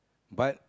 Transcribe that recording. but